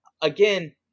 again